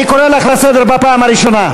אני קורא לך לסדר בפעם הראשונה.